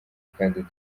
kandi